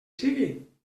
sigui